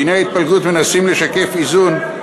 דיני ההתפלגות מנסים לשקף איזון,